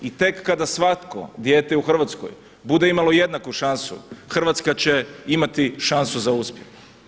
I tek kada svako dijete u Hrvatskoj bude imalo jednaku šansu Hrvatska će imati šansu za uspjeh.